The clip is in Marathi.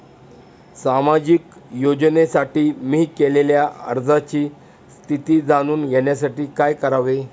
सामाजिक योजनेसाठी मी केलेल्या अर्जाची स्थिती जाणून घेण्यासाठी काय करावे?